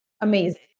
Amazing